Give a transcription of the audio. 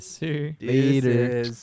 Later